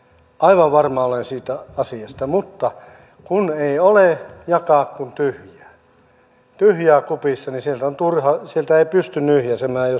aivan varma olen siitä asiasta mutta kun ei ole jakaa kuin tyhjää tyhjää kupissa niin sieltä ei pysty nyhjäisemään jos on tyhjä kuppi ei ainakaan kapustalla ottamaan